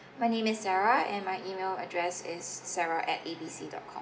my name is sarah and my email address is sarah at A B C dot com